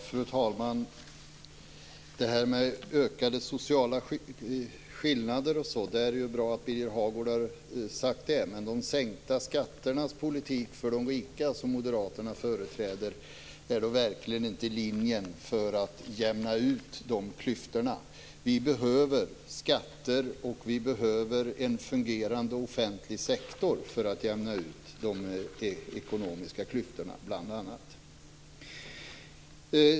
Fru talman! Det är bra att Birger Hagård har talat om ökade sociala skillnader. Men de sänkta skatternas politik för de rika, som Moderaterna företräder, är verkligen inte linjen för att jämna ut de klyftorna. Vi behöver skatter och en fungerande offentlig sektor för att jämna ut bl.a. de ekonomiska klyftorna.